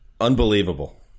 unbelievable